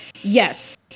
yes